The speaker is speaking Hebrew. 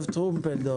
טרומפלדור.